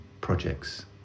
projects